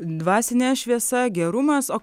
dvasinė šviesa gerumas o